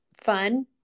fun